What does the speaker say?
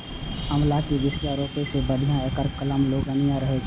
आंवला के बिया रोपै सं बढ़िया एकर कलम लगेनाय रहै छै